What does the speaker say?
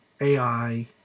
AI